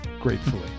gratefully